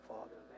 Father